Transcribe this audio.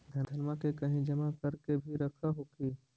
धनमा के कहिं जमा कर के भी रख हू की?